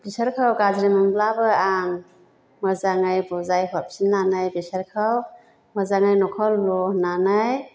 बिसोरखौ गाज्रि मोनब्लाबो आं मोजाङै बुजाय हरफिन्नानै बिसोरखौ मोजाङै न'खौ लु होन्नानै